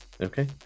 Okay